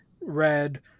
red